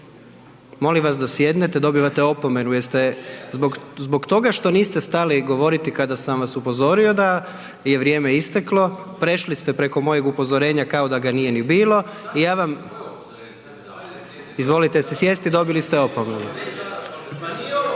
Maras, ne razumije se./… Zbog toga što niste stali govoriti kada sam vas upozorio da je vrijeme isteklo, prešli ste preko mojeg upozorenja kao da ga nije ni bilo i ja vam … …/Upadica Maras, ne razumije